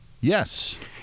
Yes